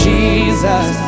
Jesus